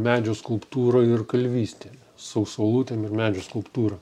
medžio skulptūra ir kalvystė saulutėm ir medžio skulptūra